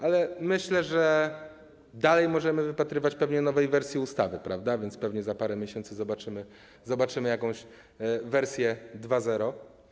Ale myślę, że możemy wypatrywać pewnie nowej wersji ustawy, prawda, więc pewnie za parę miesięcy zobaczymy jakąś wersję 2.0.